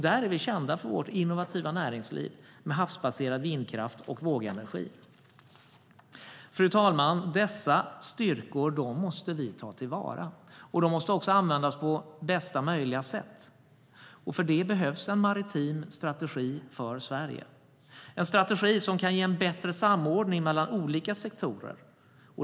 Där är vi kända för vårt innovativa näringsliv med havsbaserad vindkraft och vågenergi. Fru talman! Dessa styrkor måste vi ta till vara. De måste också användas på bästa möjliga sätt. För det behövs en maritim strategi för Sverige som kan ge en bättre samordning mellan olika sektorer.